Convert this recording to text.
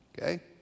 okay